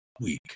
Week